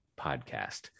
podcast